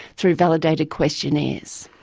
through validated questionnaires.